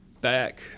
back